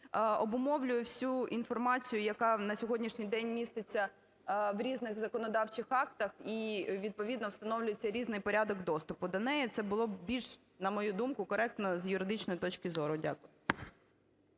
обумовлює всю інформацію, яка на сьогоднішній день міститься в різних законодавчих актах і відповідно встановлюється різний порядок доступу до неї. Це було б більш, на мою думку, коректно з юридичної точки зору. Дякую.